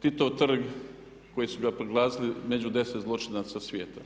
Titov trg koji su ga proglasili među 10 zločinaca svijeta.